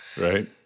Right